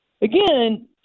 again